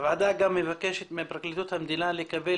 הוועדה גם מבקשת מפרקליטות המדינה לקבל